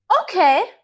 Okay